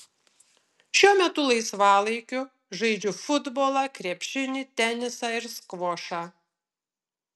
šiuo metu laisvalaikiu žaidžiu futbolą krepšinį tenisą ir skvošą